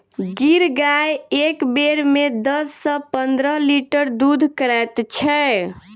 गिर गाय एक बेर मे दस सॅ पंद्रह लीटर दूध करैत छै